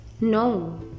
no